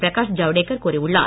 பிரகாஷ் ஜவ்டேக்கர் கூறியுள்ளார்